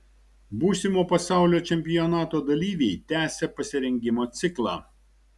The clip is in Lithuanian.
būsimo pasaulio čempionato dalyviai tęsią pasirengimo ciklą